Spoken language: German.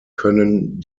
können